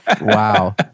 Wow